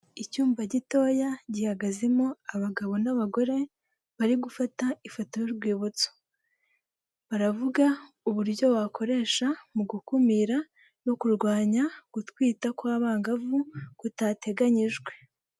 Icyumba gitoya gihagazemo abagabo n'abagore bari gufata ifoto y'urwibutso, baravuga uburyo wakoresha mu gukumira no kurwanya gutwita kw'abangavu kutateganyijwe.